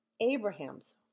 Abraham's